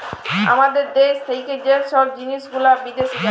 আমাদের দ্যাশ থ্যাকে যে ছব জিলিস গুলা বিদ্যাশে যায়